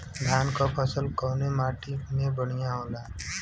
धान क फसल कवने माटी में बढ़ियां होला?